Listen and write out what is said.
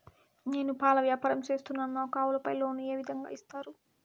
నేను పాల వ్యాపారం సేస్తున్నాను, నాకు ఆవులపై లోను ఏ విధంగా ఇస్తారు